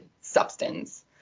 substance